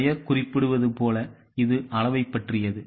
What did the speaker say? பெயர் குறிப்பிடுவது போல இது அளவைப் பற்றியது